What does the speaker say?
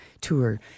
Tour